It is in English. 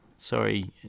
Sorry